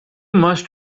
must